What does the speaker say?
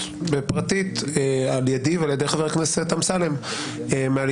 פרטית על ידי ועל ידי חבר הכנסת אמסלם מהליכוד.